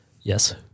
Yes